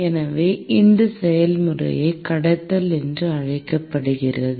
எனவே இந்த செயல்முறையை கடத்தல் என்று அழைக்கப்படுகிறது